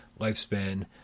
lifespan